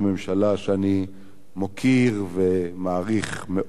שאני מוקיר ומעריך מאוד מאוד,